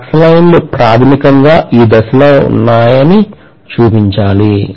flux lines ప్రాథమికంగా ఈ దిశలో ఉంటాయని చూపించాలి